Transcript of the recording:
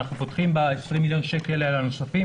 אנחנו פותחים ב-20 מיליון השקלים הנוספים